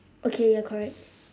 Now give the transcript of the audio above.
okay ya correct